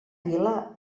vila